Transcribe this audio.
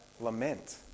lament